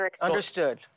Understood